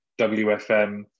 WFM